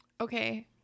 Okay